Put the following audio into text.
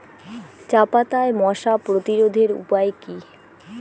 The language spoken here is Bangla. চাপাতায় মশা প্রতিরোধের উপায় কি?